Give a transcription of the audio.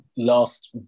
Last